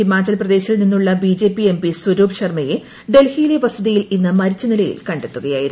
ഹിമാചൽപ്രദേശിൽ നിന്നുള്ള B J P M P Swaroop ശർമയെ ് ഡിൽഹിയിലെ വസതിയിൽ ഇന്ന് മരിച്ചനിലയിൽ കണ്ടെത്തുകീയായിരുന്നു